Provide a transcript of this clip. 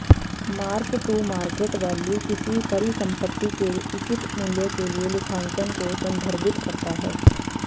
mark to market value किसी परिसंपत्ति के उचित मूल्य के लिए लेखांकन को संदर्भित करता है